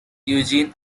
eugene